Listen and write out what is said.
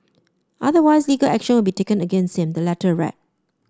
otherwise legal action will be taken against him the letter read